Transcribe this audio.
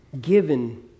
given